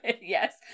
Yes